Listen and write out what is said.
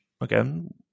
again